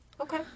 Okay